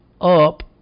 up